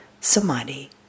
samadhi